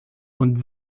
und